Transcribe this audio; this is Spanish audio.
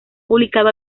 publicado